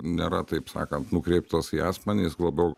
nėra taip sakant nukreiptas į asmenį jis labiau